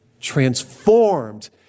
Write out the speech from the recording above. Transformed